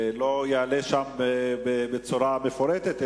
לא יעלה שם בצורה מפורטת,